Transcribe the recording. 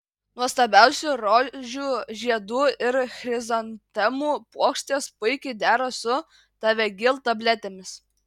nuostabiausių rožių žiedų ir chrizantemų puokštės puikiai dera su tavegyl tabletėmis